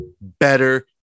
better